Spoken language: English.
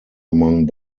among